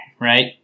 right